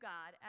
God